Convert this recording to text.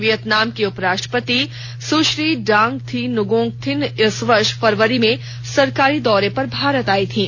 Vietnam की उपराष्ट्रपति सुश्री डांग थी न्गोक थिन्ह इस वर्ष फरवरी में सरकारी दौरे पर भारत आई थीं